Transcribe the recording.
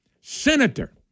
senator